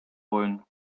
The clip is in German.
wollen